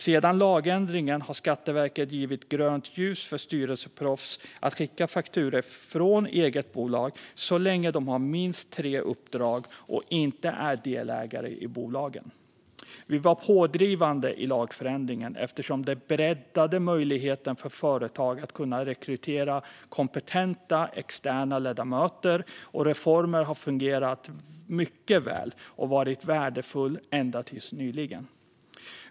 Sedan lagändringen har Skatteverket gett grönt ljus för styrelseproffs att skicka fakturor från eget bolag så länge de har minst tre uppdrag och inte är delägare i bolagen. Vi var pådrivande i lagförändringen, eftersom den breddade möjligheten för företag att rekrytera kompetenta, externa ledamöter. Reformen har fungerat mycket väl och varit värdefull ända till nyligen.